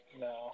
No